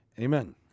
Amen